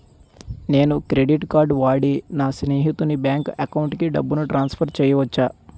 నేను credit card వాడి నా స్నేహితుని బ్యాంక్ అకౌంట్ కి డబ్బును ట్రాన్సఫర్ చేయచ్చా?